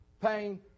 Pain